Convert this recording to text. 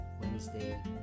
Wednesday